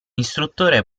istruttore